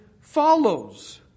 follows